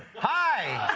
hi!